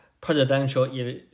presidential